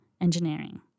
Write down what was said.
engineering